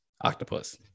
Octopus